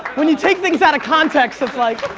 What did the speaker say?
when you take things out of context it's like